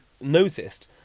noticed